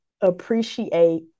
appreciate